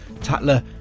Tatler